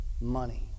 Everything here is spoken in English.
money